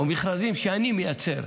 מכרזים שאני מייצר,